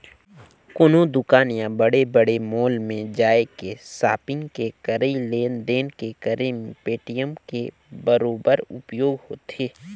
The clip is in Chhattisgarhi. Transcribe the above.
कोनो दुकान या बड़े बड़े मॉल में जायके सापिग के करई लेन देन के करे मे पेटीएम के बरोबर उपयोग होथे